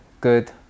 good